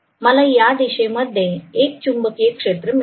मला या दिशेमध्ये एक चुंबकीय क्षेत्र मिळेल